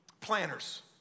planners